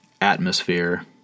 atmosphere